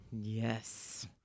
Yes